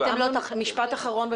אמנון, משפט אחרון.